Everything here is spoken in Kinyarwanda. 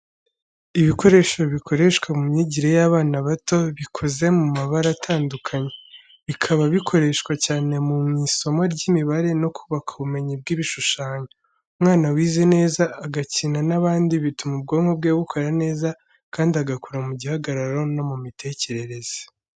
Ibikoresho bikoreshwa mu myigire y’abana bato bikoze mu mabara atandukanye, bikaba bikoreshwa cyane mu isomo ry’imibare no kubaka ubumenyi bw'ibishushanyo. Umwana wize neza, agakina n'abandi bituma ubwonko bwe bukora neza kandi agakura mu gihagararo no mu mitekerereze.